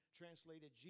translated